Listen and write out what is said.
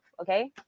okay